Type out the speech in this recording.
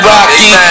Rocky